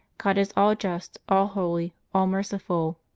god is all just, all holy, all merciful,